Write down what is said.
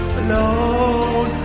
alone